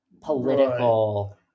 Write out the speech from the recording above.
political